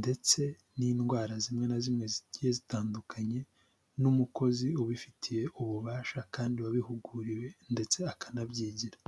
ndetse n'indwara zimwe na zimwe zigiye zitandukanye n'umukozi ubifitiye ububasha kandi wabihuguriwe ndetse akanabyigira.